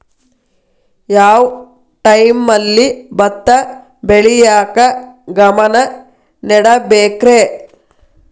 ಯಾವ್ ಟೈಮಲ್ಲಿ ಭತ್ತ ಬೆಳಿಯಾಕ ಗಮನ ನೇಡಬೇಕ್ರೇ?